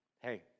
Hey